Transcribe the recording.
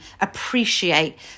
appreciate